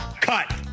Cut